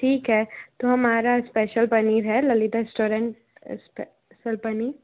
ठीक है तो हमारा स्पेशल पनीर है ललिता रेस्टोरेंट स्पेशल पनीर